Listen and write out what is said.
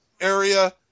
area